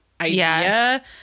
idea